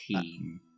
team